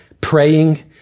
Praying